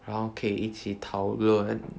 然后可以一起讨论